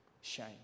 Shame